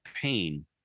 pain